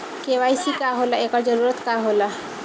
KYC का होला एकर जरूरत का होला?